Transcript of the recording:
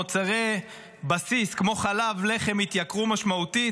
ומוצרי בסיס כמו חלב ולחם התייקרו משמעותית.